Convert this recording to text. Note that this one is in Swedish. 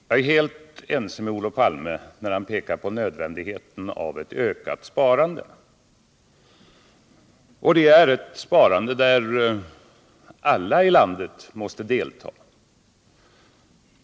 Jag är helt ense med Olof Palme när han pekar på nödvändigheten av ctt ökat sparande, ett sparande där alla i landet måste delta.